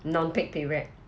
non-peak period